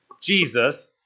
Jesus